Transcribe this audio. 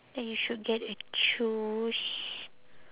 uh you should get a shoes